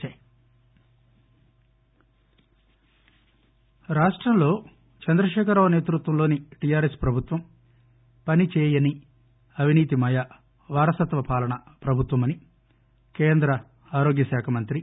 JP Nadda రాష్టంలో Chandrashekar Rao సేతృత్వంలోని TR yes ప్రభుత్వం పనిచేయని అవినీతిమయ వారసత్వ పాలనా ప్రభుత్వమని కేంద్ర ఆరోగ్య మంత్రి